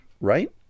right